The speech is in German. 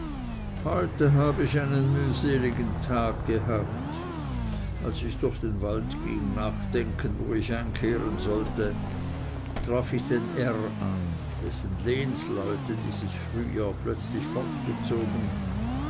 heute habe ich einen mühseligen tag gehabt als ich durch den wald ging nachdenkend wo ich einkehren sollte traf ich den r an dessen lehnsleute dieses frühjahr plötzlich